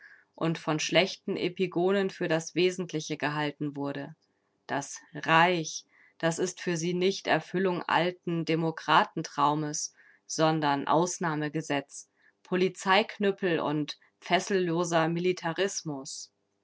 und von schlechten epigonen für das wesentliche gehalten wurde das reich das ist für sie nicht erfüllung alten demokratentraumes sondern ausnahmegesetz polizeiknüppel und fesselloser militarismus